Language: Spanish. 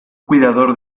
cuidador